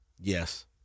Yes